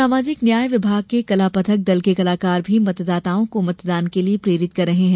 सामाजिक न्याय विभाग के कलापथक दल के कलाकार भी मतदाताओं को मतदान के लिए प्रेरित कर रहे हैं